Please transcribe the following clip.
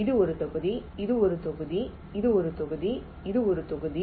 இது ஒரு தொகுதி இது ஒரு தொகுதி இது ஒரு தொகுதி இது ஒரு தொகுதி